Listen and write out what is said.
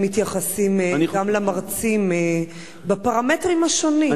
מתייחסים גם למרצים בפרמטרים השונים.